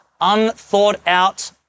unthought-out